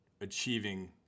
achieving